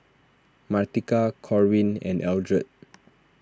Martika Corwin and Eldred